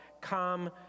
come